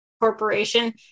corporation